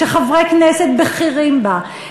כשחברי כנסת בכירים בה,